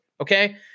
Okay